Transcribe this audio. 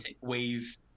Wave